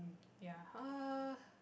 ya [hurhur]